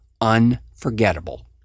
unforgettable